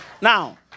Now